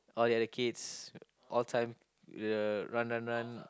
all the other kids all time will run run run